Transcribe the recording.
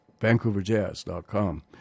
VancouverJazz.com